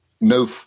no